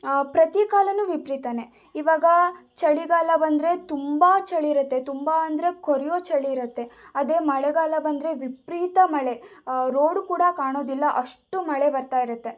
ಪ್ರತಿ ಕಾಲವೂ ವಿಪರೀತಾನೆ ಈವಾಗ ಚಳಿಗಾಲ ಬಂದರೆ ತುಂಬ ಚಳಿ ಇರತ್ತೆ ತುಂಬ ಅಂದರೆ ಕೊರೆಯೋ ಚಳಿ ಇರುತ್ತೆ ಅದೇ ಮಳೆಗಾಲ ಬಂದರೆ ವಿಪರೀತ ಮಳೆ ರೋಡು ಕೂಡ ಕಾಣೋದಿಲ್ಲ ಅಷ್ಟು ಮಳೆ ಬರ್ತಾ ಇರತ್ತೆ